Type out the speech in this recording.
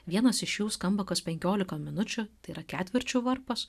vienas iš jų skamba kas penkiolika minučių tai yra ketvirčių varpas